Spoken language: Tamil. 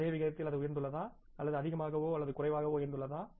அதே விகிதத்தில் அது உயர்ந்துள்ளதா அல்லது அதிகமாகவோ அல்லது குறைவாகவோ உயர்ந்துள்ளதா